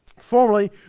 Formerly